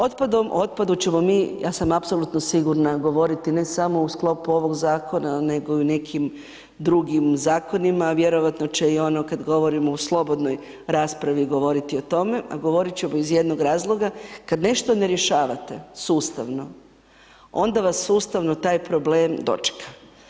Otpadom, o otpadu ćemo mi, ja sam apsolutna sigurna govoriti ne samo u sklopu ovog Zakona, nego i u nekim drugim Zakonima, vjerojatno će i ono kad govorimo u slobodnoj raspravi govoriti o tome, a govorit ćemo iz jednog razloga, kad nešto ne rješavate sustavno, onda vas sustavno taj problem dočeka.